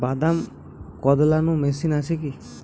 বাদাম কদলানো মেশিন আছেকি?